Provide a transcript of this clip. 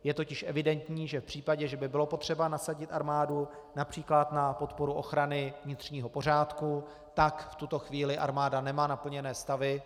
Je totiž evidentní, že v případě, že by bylo potřeba nasadit armádu, například na podporu ochrany vnitřního pořádku, tak v tuto chvíli armáda nemá naplněné stavy.